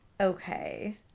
okay